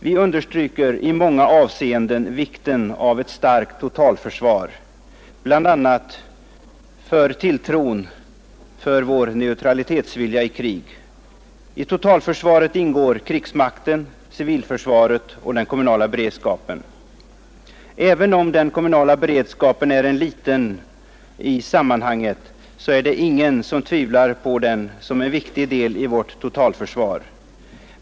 Vi understryker i många avseenden vikten av ett starkt totalförsvar, bl.a. med hänsyn till tilltron till vår vilja att vara neutrala i krig. I totalförsvaret ingår krigsmakten, civilförsvaret och den kommunala beredskapen. Även om den kommunala beredskapen är en liten del i sammanhanget, är det ingen som tvivlar på att den är en viktig del av vårt totalförsvar.